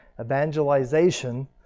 evangelization